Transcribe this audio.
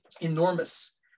enormous